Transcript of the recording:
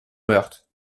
meurthe